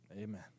Amen